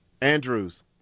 Andrews